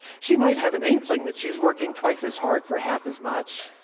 she might have an inkling that she's working twice as hard for half as much,